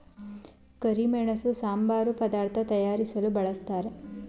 ಕರಿಮೆಣಸು ಸಾಂಬಾರು ಪದಾರ್ಥ ತಯಾರಿಸಲು ಬಳ್ಸತ್ತರೆ